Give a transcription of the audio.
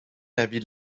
l’avis